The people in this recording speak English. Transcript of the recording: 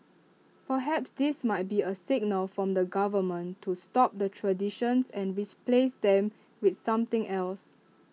perhaps this might be A signal from the government to stop the traditions and replace them with something else